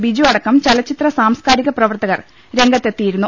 ബിജു അടക്കം ചലച്ചിത്ര സാംസ്കാരിക പ്രവർത്തകർ രംഗത്തെത്തിയിരുന്നു